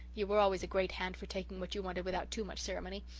you were always a great hand for taking what you wanted without too much ceremony.